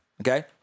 Okay